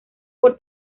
por